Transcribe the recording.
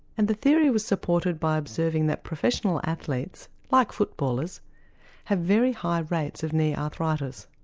and the theory was supported by observing that professional athletes like footballers have very high rates of knee arthritis.